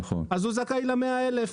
הוא זכאי ל-100,000.